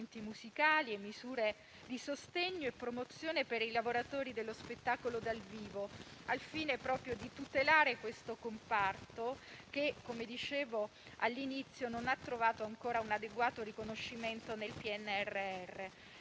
musicali e misure di sostegno e promozione per i lavoratori dello spettacolo dal vivo, al fine proprio di tutelare questo comparto, che - come dicevo all'inizio - non ha trovato ancora un adeguato riconoscimento nel PNRR.